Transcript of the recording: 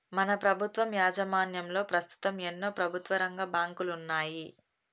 మన ప్రభుత్వం యాజమాన్యంలో పస్తుతం ఎన్నో ప్రభుత్వరంగ బాంకులున్నాయి